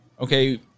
okay